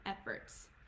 efforts